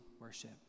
worship